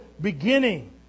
beginning